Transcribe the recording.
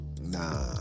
nah